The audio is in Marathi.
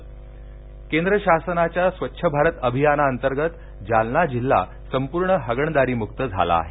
लाभार्थी केंद्र शासनाच्या स्वच्छ भारत अभियानातर्गत जालना जिल्हा संपूर्ण हगणदारीमुक्त झाला आहे